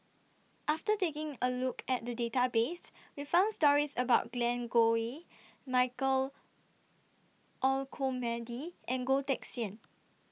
after taking A Look At The Database We found stories about Glen Goei Michael Olcomendy and Goh Teck Sian